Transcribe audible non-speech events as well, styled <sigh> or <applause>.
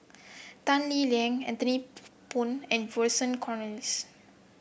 Tan Lee Leng Anthony <unintelligible> Poon and Vernon Cornelius